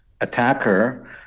attacker